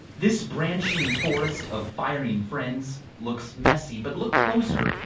this branching forest of firing friends looks messy, but look closer.